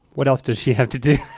what else does she have to do?